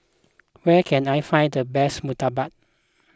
where can I find the best Murtabak